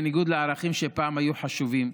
בניגוד לערכים שפעם היו חשובים,